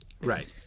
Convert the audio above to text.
Right